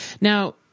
Now